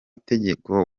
tegeko